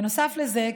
נוסף על זה,